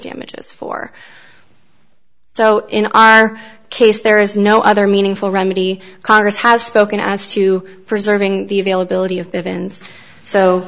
damages for so in our case there is no other meaningful remedy congress has spoken as to preserving the availability of bivins so